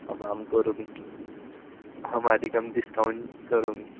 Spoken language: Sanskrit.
आमां करोमि अहमधिकं डिस्कौण्ट् करोमि